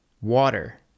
water